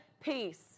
peace